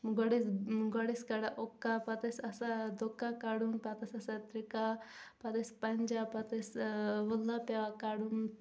گۄڈٕ ٲسۍ کڑان اُکا پتہٕ ٲسۍ آسان دُکا کڑن پتہٕ اوس آسان ترکا پتہٕ ٲسۍ پنجا پتہٕ ٲسۍ وۄنۍ لا پیٚوان کڑن